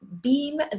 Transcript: beam